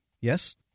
Yes